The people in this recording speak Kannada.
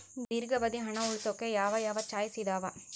ದೇರ್ಘಾವಧಿ ಹಣ ಉಳಿಸೋಕೆ ಯಾವ ಯಾವ ಚಾಯ್ಸ್ ಇದಾವ?